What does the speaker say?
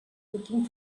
looking